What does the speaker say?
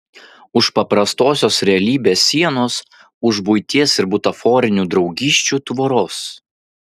už paprastosios realybės sienos už buities ir butaforinių draugysčių tvoros